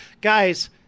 Guys